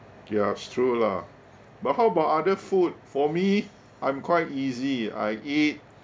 ya it's true lah but how about other food for me I'm quite easy I eat